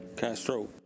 Castro